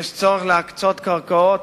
יש צורך להקצות קרקעות